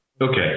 Okay